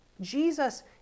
Jesus